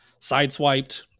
sideswiped